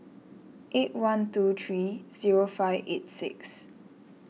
eight one two three zero five eight six